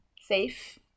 safe